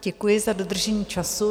Děkuji za dodržení času.